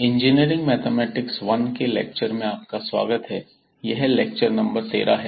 engineering mathematics 1 के lecture में आपका स्वागत है और यह लेक्चर नंबर 13 है